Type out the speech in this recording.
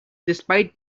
despite